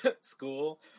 school